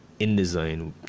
InDesign